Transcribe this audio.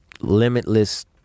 Limitless